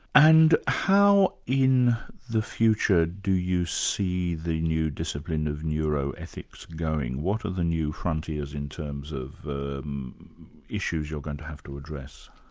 and how in the future do you see the new discipline of neuroethics going? what are the new frontiers in terms of issues you're going to have to address?